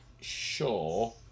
sure